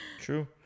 true